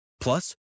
Plus